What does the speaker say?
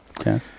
Okay